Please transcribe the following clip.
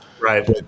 right